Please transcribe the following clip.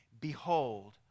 Behold